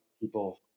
people